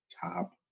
top